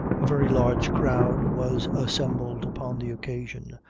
a very large crowd was assembled upon the occasion,